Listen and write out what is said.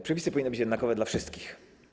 Przepisy powinny być jednakowe dla wszystkich.